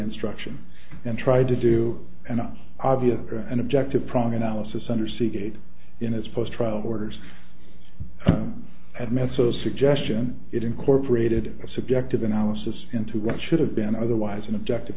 instruction and try to do an obvious and objective prong analysis under seagate in his post trial orders had met so suggestion it incorporated a subjective analysis into what should have been otherwise an objective